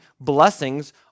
blessings